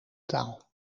taal